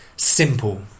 simple